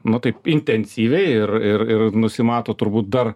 mat taip intensyviai ir ir ir nusimato turbūt dar